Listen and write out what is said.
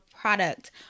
product